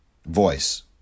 Voice